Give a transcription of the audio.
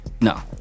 No